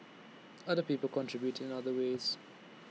other people contributed in other ways